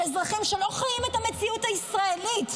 אזרחים שלא חיים את המציאות הישראלית.